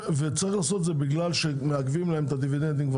צריך לעשות את זה בגלל שמעכבים להם את הדיבידנדים כבר